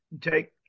take